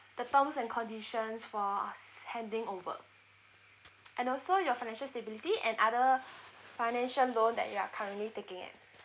the terms and conditions for us haning over and also your financial stability and other financial loan that you are currently taking at